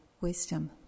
wisdom